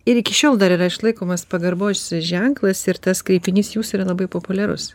ir iki šiol dar yra išlaikomas pagarbos ženklas ir tas kreipinys jūs yra labai populiarus